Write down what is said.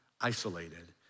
isolated